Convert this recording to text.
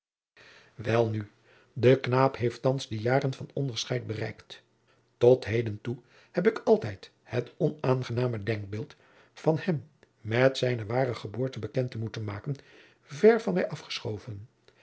welnu de knaap heeft thands de jaren van onderscheid bereikt tot heden toe heb ik altijd het onaangename denkbeeld van hem met zijne ware geboorte bekend te moeten maken ver van mij afgeschoven